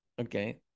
okay